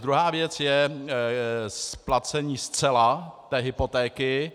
Druhá věc je splacení zcela té hypotéky.